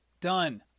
done